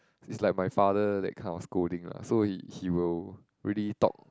is like my father that kind of scolding lah so he he will really talk